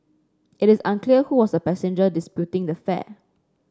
it is unclear who was the passenger disputing the fare